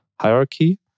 hierarchy